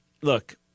look